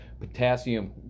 potassium